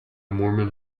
mormon